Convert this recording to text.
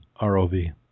ROV